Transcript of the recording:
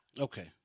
Okay